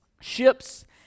ships